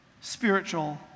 spiritual